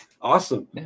Awesome